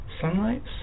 sunlight